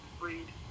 read